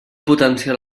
potenciar